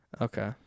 Okay